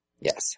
Yes